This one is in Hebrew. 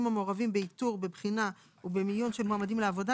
המעורבים באיתור בבחינה ובמיון של מועמדים לעבודה,